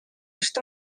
эрт